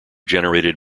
generated